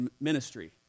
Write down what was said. ministry